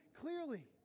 clearly